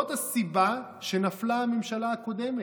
זאת הסיבה שנפלה הממשלה הקודמת,